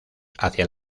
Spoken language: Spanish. hacia